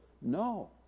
no